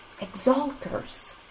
exalters